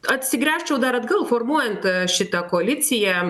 atsigręžčiau dar atgal formuojant šitą koaliciją